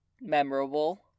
memorable